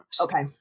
okay